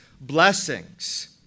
blessings